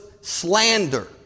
slander